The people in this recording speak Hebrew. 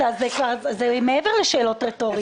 זה מעבר לשאלות רטוריות.